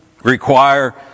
require